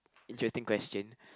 interesting question